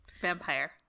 Vampire